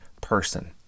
person